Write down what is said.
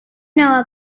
know